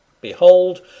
Behold